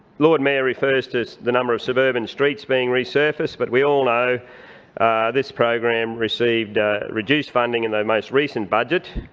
lord mayor refers to the number of suburban streets being resurfaced, but we all know this program received reduced funding in the most recent budget.